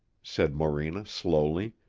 said morena slowly.